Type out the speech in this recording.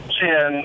ten